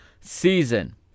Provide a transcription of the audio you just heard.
season